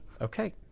Okay